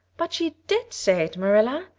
but she did say it, marilla.